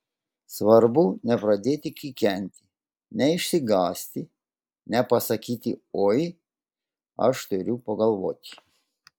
svarbu nepradėti kikenti neišsigąsti nepasakyti oi aš turiu pagalvoti